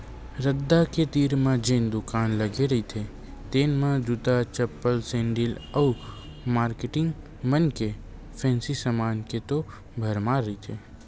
रद्दा के तीर म जेन दुकान लगे रहिथे तेन म जूता, चप्पल, सेंडिल अउ मारकेटिंग मन के फेंसी समान के तो भरमार रहिथे